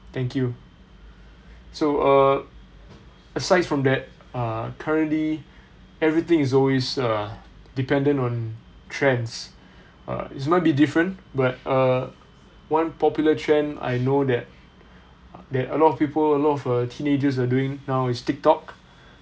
thank you so err asides from that uh currently everything is always uh dependent on trends err it might be different but err one popular trend I know that there are a lot of people a lot of uh teenagers are doing now is tik tok